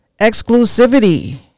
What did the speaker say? exclusivity